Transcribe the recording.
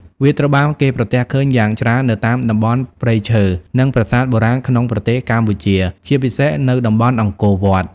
វាត្រូវបានគេប្រទះឃើញយ៉ាងច្រើននៅតាមតំបន់ព្រៃឈើ និងប្រាសាទបុរាណក្នុងប្រទេសកម្ពុជា ជាពិសេសនៅតំបន់អង្គរវត្ត។